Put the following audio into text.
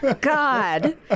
god